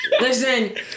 Listen